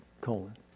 colon